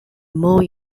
more